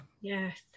Yes